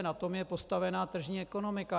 Na tom je postavená tržní ekonomika.